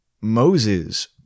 Moses